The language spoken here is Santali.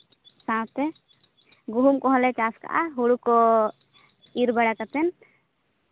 ᱥᱟᱶᱛᱮ ᱜᱩᱦᱩᱢ ᱠᱚᱦᱚᱸ ᱞᱮ ᱪᱟᱥ ᱠᱟᱜᱼᱟ ᱦᱩᱲᱩ ᱠᱚ ᱤᱨ ᱵᱟᱲᱟ ᱠᱟᱛᱮᱫ